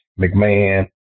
McMahon